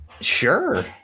Sure